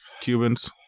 Cubans